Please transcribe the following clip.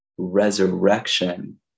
resurrection